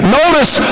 notice